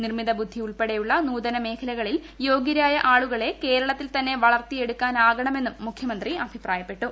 നിർമ്മിതബുദ്ധി ഉൾപ്പെടെയുള്ള നൂതന മേഖലകളിൽ യോഗ്യരായ ആളുകളെ കേരളത്തിൽ തന്നെ വളർത്തിയെടുക്കാനാകണമെന്നും മുഖ്യമന്ത്രി അഭിപ്രായപ്പെട്ടു